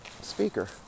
speaker